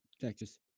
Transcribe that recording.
Texas